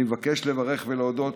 אני מבקש לברך ולהודות